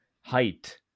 height